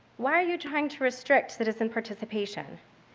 why are you trying to restrict citizen participation?